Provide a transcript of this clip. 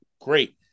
great